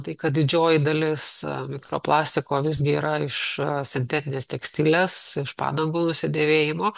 tai kad didžioji dalis mikroplastiko visgi yra iš sintetinės tekstilės iš padangų nusidėvėjimo